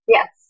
Yes